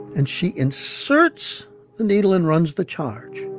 and she inserts the needle and runs the charge.